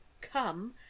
come